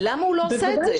למה הוא לא עושה את זה?